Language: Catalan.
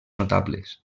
notables